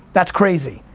that's crazy,